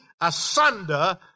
asunder